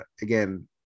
again